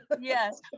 Yes